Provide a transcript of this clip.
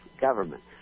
government